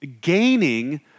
Gaining